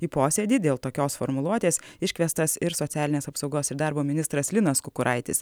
į posėdį dėl tokios formuluotės iškviestas ir socialinės apsaugos ir darbo ministras linas kukuraitis